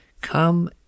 come